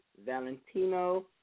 Valentino